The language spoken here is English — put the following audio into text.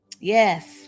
Yes